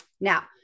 Now